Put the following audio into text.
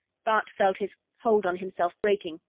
bart felt his hold on himself breaking.